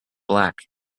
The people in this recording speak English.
black